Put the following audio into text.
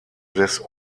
des